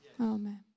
Amen